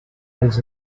els